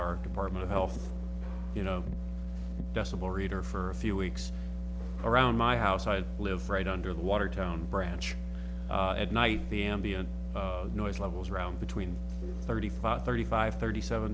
our department of health you know decimal reader for a few weeks around my house i live right under the water town branch at night the ambient noise levels around between thirty five thirty five thirty seven